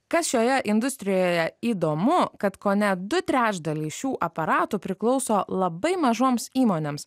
kas šioje industrijoje įdomu kad kone du trečdaliai šių aparatų priklauso labai mažoms įmonėms